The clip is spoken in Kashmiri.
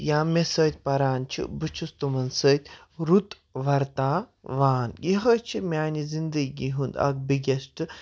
یا مےٚ سۭتۍ پَران چھِ بہٕ چھُس تِمَن سۭتۍ رُت وَرتاوان یِہٕے چھِ میٛانہِ زِندگی ہُنٛد اَکھ بِگیسٹ